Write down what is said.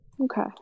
Okay